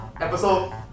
Episode